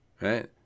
right